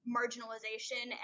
marginalization